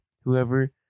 Whoever